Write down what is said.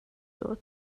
door